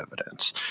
evidence